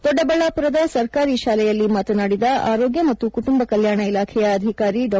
ದೊಡ್ಡಬಳ್ಳಾಪುರದ ಸರ್ಕಾರಿ ಶಾಲೆಯಲ್ಲಿ ಮಾತನಾದಿದ ಆರೋಗ್ಯ ಮತ್ತು ಕುಟುಂಬ ಕಲ್ಯಾಣ ಇಲಾಖೆಯ ಅಧಿಕಾರಿ ಡಾ